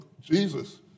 Jesus